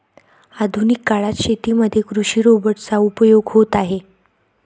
आधुनिक काळात शेतीमध्ये कृषि रोबोट चा उपयोग होत आहे